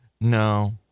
No